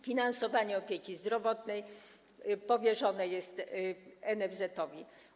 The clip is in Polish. Finansowanie opieki zdrowotnej powierzone jest NFZ-owi.